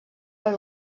per